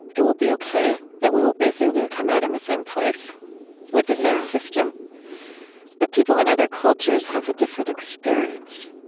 it will be ok, that we will basically come out in the same place with the same system yeah but people in other cultures have a different experience.